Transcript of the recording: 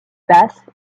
basse